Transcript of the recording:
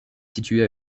située